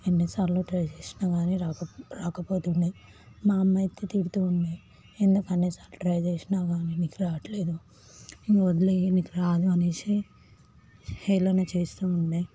ఎన్నిసార్లు ట్రై చేసినా గానీ రాకపోతుండే మా అమ్మ అయితే తిడుతూ ఉండే ఎందుకు అన్నిసార్లు ట్రై చేసినా గానీ నీకు రావట్లేదు ఇంగ వదిలేయి నీకు రాదు అనేసి హేళన చేస్తూ ఉండే